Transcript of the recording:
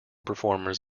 performers